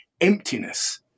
emptiness